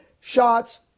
shots